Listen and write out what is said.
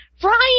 Brian